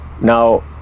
now